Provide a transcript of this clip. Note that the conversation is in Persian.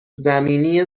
زمینی